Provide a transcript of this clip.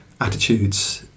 attitudes